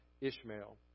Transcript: Ishmael